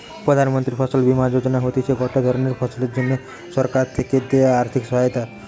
প্রধান মন্ত্রী ফসল বীমা যোজনা হতিছে গটে ধরণের ফসলের জন্যে সরকার থেকে দেয়া আর্থিক সহায়তা